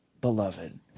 beloved